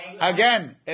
Again